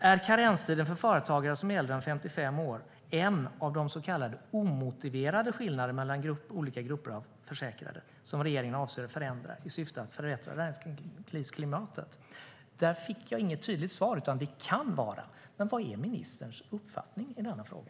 Är karenstiden för företagare som är äldre än 55 år en av de så kallade omotiverade skillnader mellan olika grupper av försäkrade som regeringen avser att förändra i syfte att förbättra näringslivsklimatet? Där fick jag inget tydligt svar utan bara att det kan vara det. Men vad är ministerns uppfattning i denna fråga?